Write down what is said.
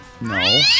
No